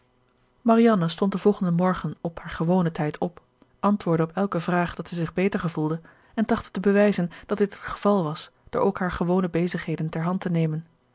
marianne stond den volgenden morgen op haar gewonen tijd op antwoordde op elke vraag dat zij zich beter gevoelde en trachtte te bewijzen dat dit het geval was door ook haar gewone bezigheden ter hand te nemen